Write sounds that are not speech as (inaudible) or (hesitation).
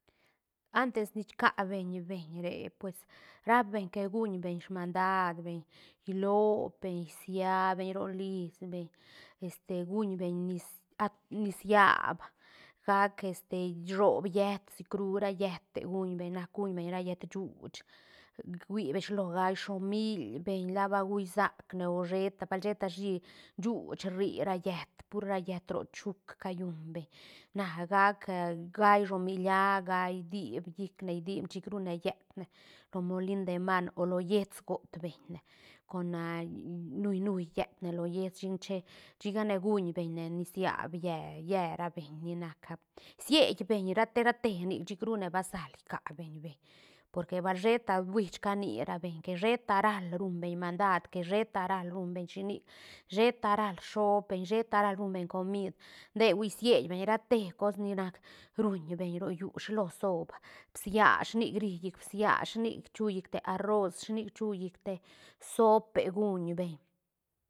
Antes ni ska beñ beñ re pues rap beñ que guñ beñ smandaa beñ iloo beñ siaa beñ ro lis beñ este guñ beñ nis- at- nisiab gac este shiob yët sicru ra yëte guñ beñ nac guñ beñ ra yët shuuch (hesitation) hui beñ shilo gaí shomiil beñ la ba guú sac ne o sheta bal sheta shí shuuch rri ra yët pur ra yët ro chuk callun beñ na gac gaí shomiil líaa gaí diip llicne diip chic rune yetne ro molin de maan o lo yiets got beñne con (hesitation) nui nui yetne lo yiets chic ne che chicane guuñ beñ ne nisiab lle- lle ra beñ ni nac a shied beñ ra te ra te nic chic rune basal kia beñ beñ porque bal sheta huish ca ni ra beñ que sheta ral rumbeñ mandad que sheta ral rumbeñ shi nic sheta ral rsoob beñ sheta ral rumbeñ comid nde hui siet beñ ra te cos ni nac rumbeñ ro llú shilo sood bsia shi nic rii llic bsia shi nic chu llicte arroz shi nic chu llic te sope guñ beñ.